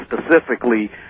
specifically